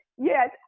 yes